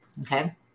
Okay